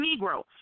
Negro